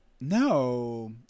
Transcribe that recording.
No